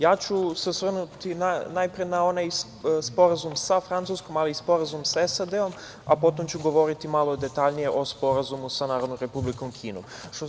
Ja ću se osvrnuti najpre na onaj Sporazum sa Francuskom, ali i Sporazum sa SAD, a potom ću govoriti mali detaljnije o Sporazumu sa Narodnom Republikom Kinom.